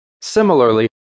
Similarly